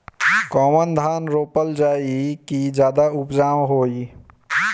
कौन धान रोपल जाई कि ज्यादा उपजाव होई?